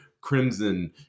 crimson